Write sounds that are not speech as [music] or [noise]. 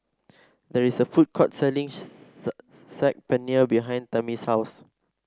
there is a food court selling [unintelligible] Saag Paneer behind Tamie's house